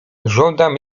żądam